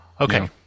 Okay